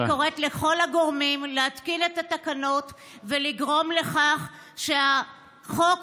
אני קוראת לכל הגורמים להתקין את התקנות ולגרום לכך שהחוק